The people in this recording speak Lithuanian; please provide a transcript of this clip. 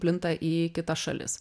plinta į kitas šalis